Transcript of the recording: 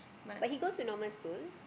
but he goes to normal school